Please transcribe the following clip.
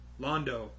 Londo